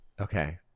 Okay